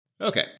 Okay